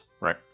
Right